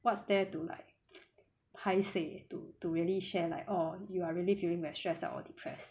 what's there to like paiseh to to really share like oh you are really feeling very stressed out or depressed